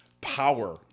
power